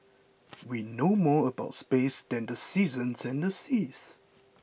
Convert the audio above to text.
we know more about space than the seasons and the seas